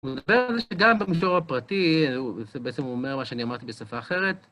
הוא מדבר על זה שגם במישור הפרטי, בעצם הוא אומר מה שאני אמרתי בשפה אחרת.